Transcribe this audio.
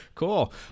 cool